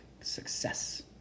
success